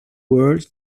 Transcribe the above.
world